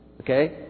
Okay